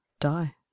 die